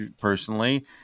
personally